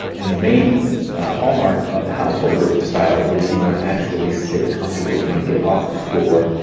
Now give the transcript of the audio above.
and the main hallmark of the householder style is you want to actually sit comfortably. you want to get off the floor,